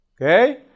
Okay